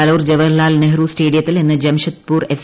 കലൂർ ജവഹർലാൽ നെഹ്റു സ്റ്റേഡിയത്തിൽ ഇന്ന് ജംഷദ്പൂർ എഫ്